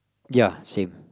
ya same